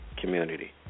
community